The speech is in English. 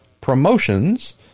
Promotions